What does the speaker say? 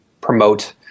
promote